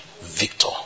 victor